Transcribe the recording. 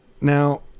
now